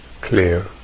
clear